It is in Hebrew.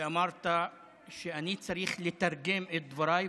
אמרת שאני צריך לתרגם את דבריי,